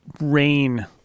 rain